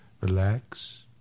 relax